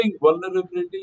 vulnerability